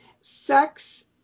Sex